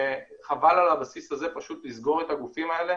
חבל על הבסיס הזה פשוט לסגור את הגופים האלה